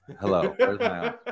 Hello